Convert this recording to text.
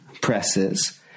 presses